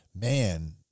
man